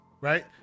right